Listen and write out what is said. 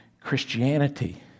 Christianity